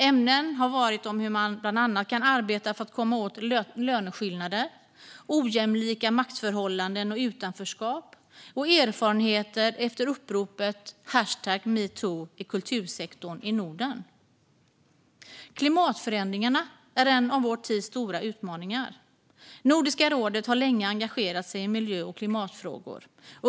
Ämnen har bland annat varit hur man kan arbeta för att komma åt löneskillnader, ojämlika maktförhållanden och utanförskap och erfarenheter efter uppropet metoo i kultursektorn i Norden. Klimatförändringarna är en av vår tids stora utmaningar. Nordiska rådet har länge engagerat sig i miljö och klimatfrågor.